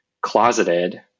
closeted